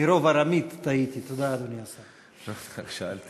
זו שאלה שאני